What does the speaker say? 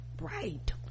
Right